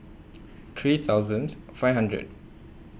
three thousands five hundred